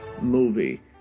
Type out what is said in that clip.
movie